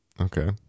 Okay